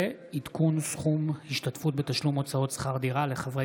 עדכון סכום השתתפות בתשלום הוצאות שכר דירה לחברי